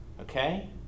Okay